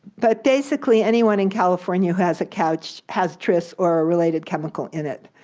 but basically anyone in california who has a couch has tris or a related chemical in it,